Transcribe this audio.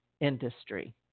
industry